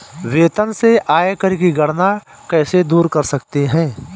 वेतन से आयकर की गणना कैसे दूर कर सकते है?